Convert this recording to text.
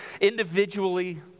individually